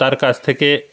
তার কাছ থেকে